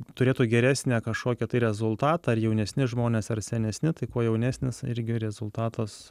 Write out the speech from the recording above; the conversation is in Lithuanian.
turėtų geresnę kažkokį tai rezultatą ar jaunesni žmonės ar senesni tai kuo jaunesnis irgi rezultatas